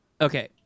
okay